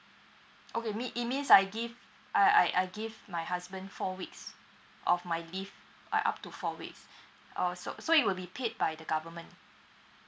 okay me it mean I give I I I give my husband four weeks of my leave right up to four weeks oh so so it will be paid by the government